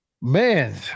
Man